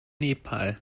nepal